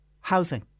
housing